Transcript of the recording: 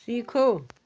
सीखो